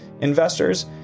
investors